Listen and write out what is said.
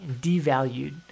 devalued